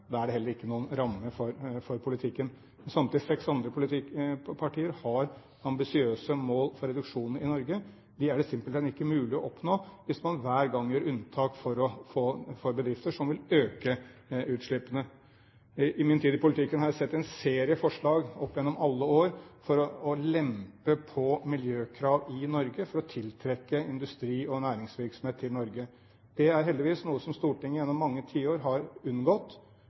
da er det heller ikke noen rammer for politikken. Samtlige seks andre partier har ambisiøse mål for reduksjonene i Norge. Dem er det simpelthen ikke mulig å oppnå hvis man hver gang gjør unntak for bedrifter som vil øke utslippene. I min tid i politikken har jeg sett en serie forslag opp gjennom alle år om å lempe på miljøkrav i Norge for å tiltrekke industri og næringsvirksomhet til Norge. Det er heldigvis noe som Stortinget gjennom mange tiår har unngått.